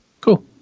Cool